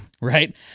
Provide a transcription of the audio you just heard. right